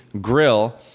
grill